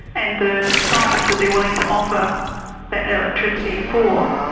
and the price that they're willing to offer the electricity for.